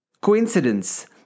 coincidence